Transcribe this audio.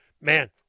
man